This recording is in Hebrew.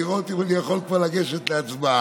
לראות אם אני יכול כבר לגשת להצבעה.